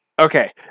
Okay